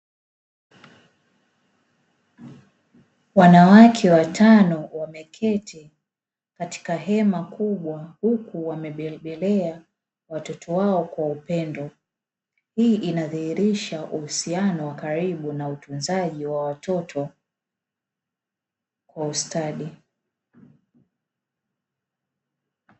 Wanawake watano wameketi katika hema kubwa huku wamebebelea watoto wao kwa upendo, hii inadhihirisha uhusiano wa karibu na utunzaji wa watoto kwa ustadi.